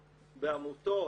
בעמותות,